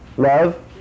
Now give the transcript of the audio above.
Love